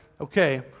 okay